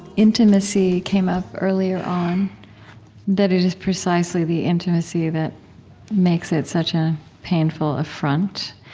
intimacy came up earlier on that it is precisely the intimacy that makes it such a painful affront.